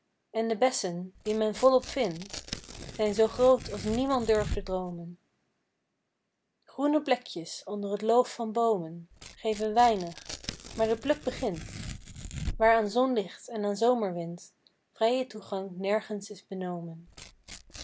en de bessen die men volop vindt zijn zoo groot als niemand durfde droomen groene plekjes onder t loof van boomen geven weinig maar de pluk begint waar aan zonlicht en aan zomerwind vrije toegang nergens is benomen